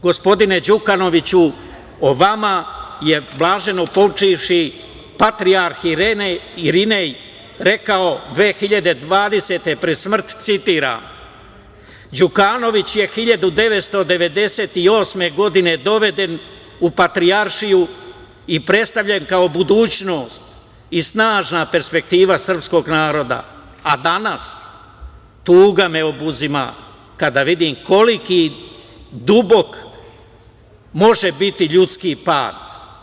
Gospodine Đukanoviću, o vama je blaženopočivši Patrijarh Irinej rekao 2020. godine, pred smrt, citiram: „Đukanović je 1998. godine doveden u Patrijaršiju i predstavljen kao budućnost i snažna perspektiva srpskog naroda, a danas, tuga me obuzima kada vidim koliki dubok može biti ljudski pad.